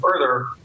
further